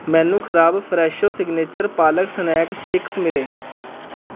ਮੈਨੂੰ ਖਰਾਬ Fresho signature palak snack sticks ਮਿਲੇ